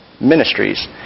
ministries